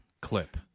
clip